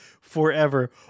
forever